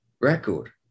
record